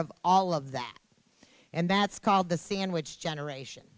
of all of that and that's called the sea in which generation